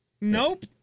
Nope